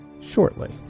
shortly